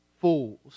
fools